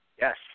Yes